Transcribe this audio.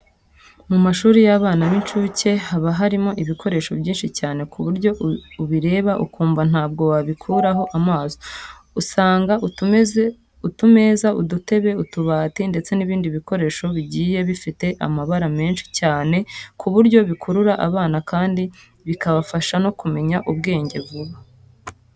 Mu mashuri y'abana b'inshuke haba harimo ibikoresho byiza cyane ku buryo ubireba ukumva ntabwo wabikuraho amaso. Usanga utumeza, udutebe, utubati ndetse n'ibindi bikoresho bigiye bifite amabara menshi cyane ku buryo bikurura abana kandi bikabafasha no kumenya ubwenge vuba.